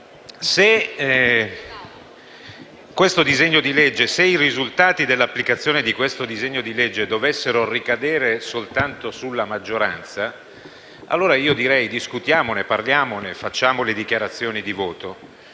Se i risultati dell'applicazione di questo disegno di legge dovessero ricadere soltanto sulla maggioranza, allora direi di discuterne, parlarne e fare le dichiarazioni di voto;